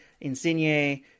Insigne